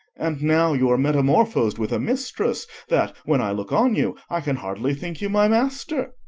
and now you are metamorphis'd with a mistress, that, when i look on you, i can hardly think you my master.